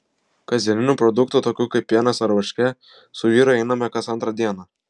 kasdienių produktų tokių kaip pienas ar varškė su vyru einame kas antrą dieną